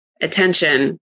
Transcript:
attention